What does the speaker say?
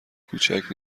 کوچک